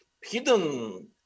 hidden